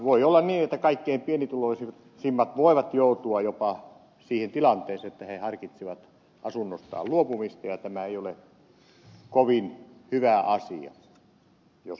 voi olla niin että kaikkein pienituloisimmat voivat joutua jopa siihen tilanteeseen että he harkitsevat asunnostaan luopumista ja tämä ei ole kovin hyvä asia jos näin käy